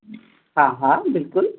हा हा बिल्कुलु